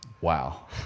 Wow